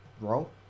roll